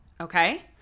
Okay